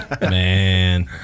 man